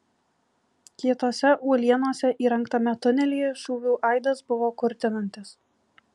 kietose uolienose įrengtame tunelyje šūvių aidas buvo kurtinantis